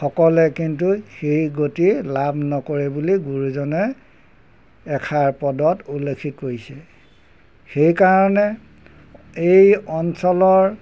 সকলে কিন্তু সেই গতি লাভ নকৰে বুলি গুৰুজনে এষাৰ পদত উল্লেখ কৰিছে সেইকাৰণে এই অঞ্চলৰ